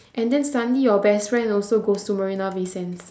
and then suddenly your best friend also goes to marina-bay-sands